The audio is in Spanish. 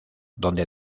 donde